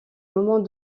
moment